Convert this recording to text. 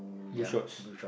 blue shorts